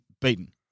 beaten